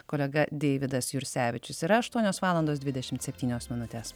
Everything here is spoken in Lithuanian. kolega deividas jursevičius yra aštuonios valandos dvidešimt septynios minutės